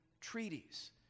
treaties